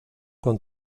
con